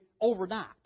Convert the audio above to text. overnight